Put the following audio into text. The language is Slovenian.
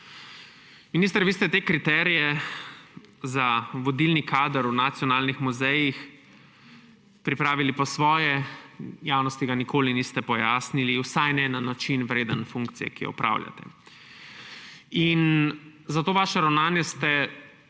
Minister, vi ste kriterije za vodilni kader v nacionalnih muzejih pripravili po svoje. Javnosti tega nikoli niste pojasnili, vsaj ne na način, vreden funkcije, ki jo opravljate. Za to svoje ravnanje ste